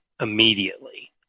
immediately